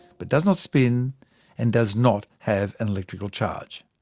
but does not spin and does not have an electrical charge.